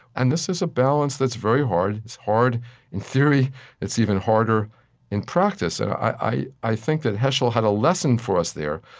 and this is a balance that's very hard. it's hard in theory it's even harder in practice. i i think that heschel had a lesson for us there.